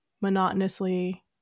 monotonously